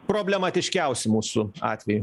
problematiškiausi mūsų atveju